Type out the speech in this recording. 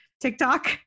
TikTok